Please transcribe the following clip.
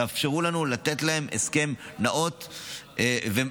תאפשרו לנו לתת להם הסכם נאות ומצדיק.